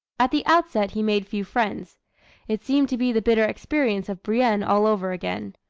at the outset he made few friends it seemed to be the bitter experience of brienne all over again.